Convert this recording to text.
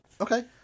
Okay